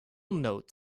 note